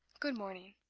good-morning.